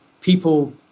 people